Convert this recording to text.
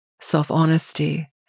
self-honesty